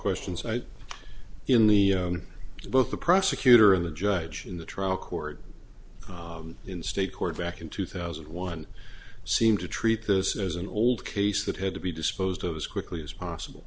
questions i in the both the prosecutor and the judge in the trial court in state court back in two thousand and one seemed to treat this as an old case that had to be disposed of as quickly as possible